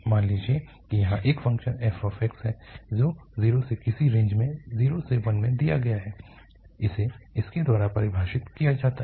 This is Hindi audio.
मान लीजिए कि यहाँ एक फ़ंक्शन fx है जो 0 से किसी रेंज में 0 से 1 में दिया गया है इसे इसके द्वारा परिभाषित किया जाता है